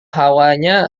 hawanya